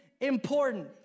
Important